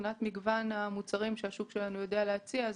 מבחינת מגוון המוצרים שהשוק שלנו יודע להציע,